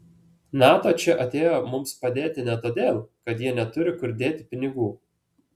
nato čia atėjo mums padėti ne todėl kad jie neturi kur dėti pinigų